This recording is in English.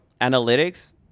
analytics